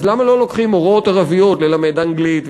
אז למה לא לוקחים מורות ערביות ללמד אנגלית,